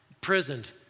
Prisoned